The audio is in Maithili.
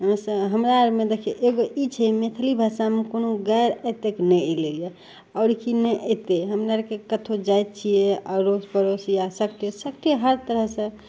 अहाँ सब हमरा आरमे देखियो एगो ई छै मैथिली भाषामे कोनो गारि एतेक नहि अयलै यऽ आओर कि नहि अयतै हमरा आरके कतहो जाइ छियै अड़ोस पड़ोस या सके सके हर तरहसँ